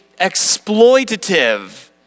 exploitative